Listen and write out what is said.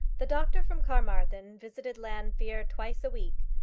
the doctor from carmarthen visited llanfeare twice a week,